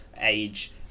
age